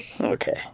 Okay